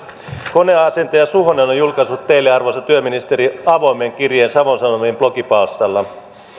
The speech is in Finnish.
koneasentaja suhonen on julkaissut teille arvoisa työministeri avoimen kirjeen savon sanomien blogipalstalla